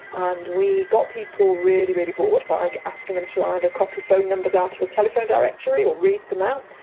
ah and we got people really, really bored by like asking them to either copy phone numbers out of a telephone directory or read them out.